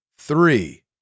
three